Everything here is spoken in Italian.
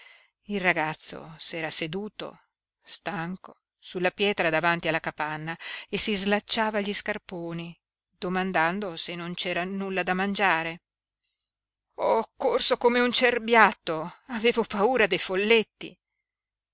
il ragazzo s'era seduto stanco sulla pietra davanti alla capanna e si slacciava gli scarponi domandando se non c'era nulla da mangiare ho corso come un cerbiatto avevo paura dei folletti